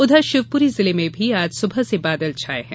उधर शिवपूरी जिले में भी आज सुबह से बादल छाए हैं